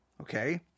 Okay